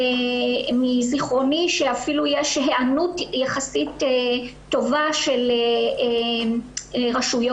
מזיכרוני, שאפילו יש הענות יחסית טובה של ראשויות.